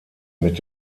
mit